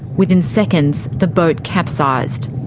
within seconds, the boat capsized.